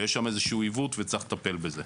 ויש שם עיוות ויש לטפל בזה.